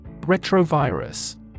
Retrovirus